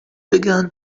began